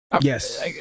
Yes